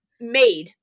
made